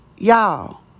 Y'all